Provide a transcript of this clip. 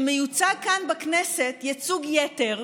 שמיוצג כאן בכנסת ייצוג יתר,